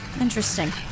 Interesting